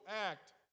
act